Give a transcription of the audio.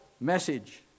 message